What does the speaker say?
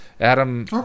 Adam